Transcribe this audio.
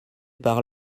par